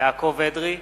יעקב אדרי,